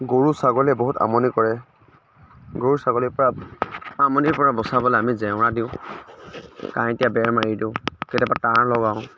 গৰু ছাগলীয়ে বহুত আমনি কৰে গৰু ছাগলীৰ পৰা আমনিৰ পৰা বচাবলৈ আমি জেওৰা দিওঁ কাঁইটীয়া বেৰ মাৰি দিওঁ কেতিয়াবা তাঁৰ লগাওঁ